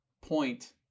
point